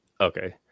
Okay